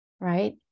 right